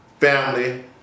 family